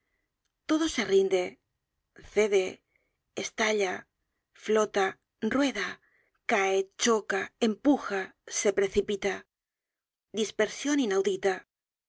todo se rinde cede estalla flota rueda cae choca empuja se precipita dispersion inaudita